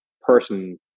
person